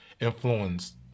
influenced